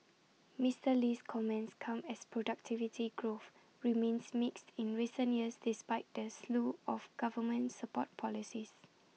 Mister Lee's comments come as productivity growth remains mixed in recent years despite the slew of government support policies